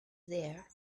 there